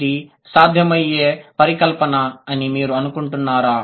ఇది సాధ్యమయ్యే పరికల్పన అని మీరు అనుకుంటున్నారా